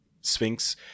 Sphinx